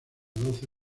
doce